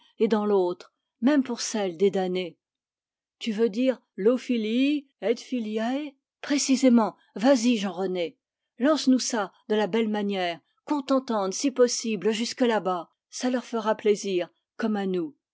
et dans l'autre même pour celles des damnés tu veux dire l'o filii et filicb précisément vas-y jean rené lance nous ça de la belle manière qu'on t'entende si possible jusque là-bas ça leur fera plaisir comme à nous